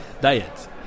diet